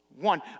one